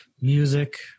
music